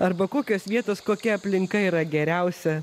arba kokios vietos kokia aplinka yra geriausia